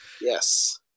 Yes